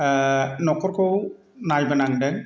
न'खरखौ नायबोनांदों